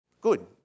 Good